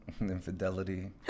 infidelity